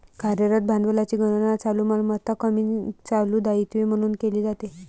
कार्यरत भांडवलाची गणना चालू मालमत्ता कमी चालू दायित्वे म्हणून केली जाते